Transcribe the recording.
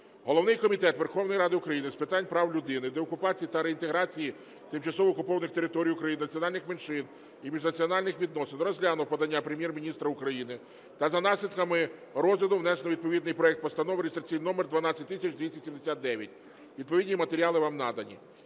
Головний Комітет Верховної Ради України з питань прав людини, деокупації та реінтеграції тимчасово окупованих територій України, національних меншин і міжнаціональних відносин розглянув подання Прем'єр-міністра України та за наслідками розгляду внесено відповідний проект Постанови реєстраційний номер 12279. Відповідні матеріали вам надані.